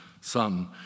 son